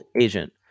agent